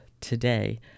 today